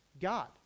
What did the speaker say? God